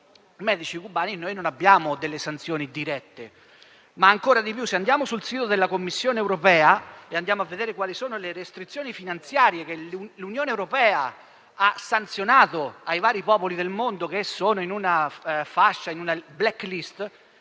dai medici cubani, noi non abbiamo applicato delle sanzioni dirette. Ma c'è di più: se andiamo sul sito della Commissione europea a vedere quali sono le restrizioni finanziarie che l'Unione europea ha applicato ai vari popoli del mondo che sono in una *black list*,